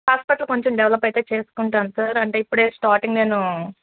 hospital కొంచెం develop అయితే చేసుకుంటాను సార్ అంటే ఇప్పుడే స్టార్టింగ్ నేను